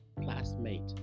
classmate